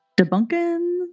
Debunking